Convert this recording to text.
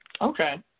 Okay